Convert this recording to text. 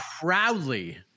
proudly